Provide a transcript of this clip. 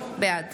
בעד